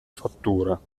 fattura